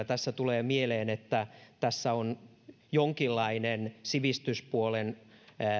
tässä tulee mieleen että tässä on jonkinlainen sivistyspuolen